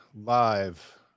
live